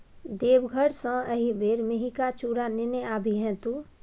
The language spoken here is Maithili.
देवघर सँ एहिबेर मेहिका चुड़ा नेने आबिहे तु